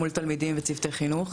מול תלמידים וצוותי חינוך,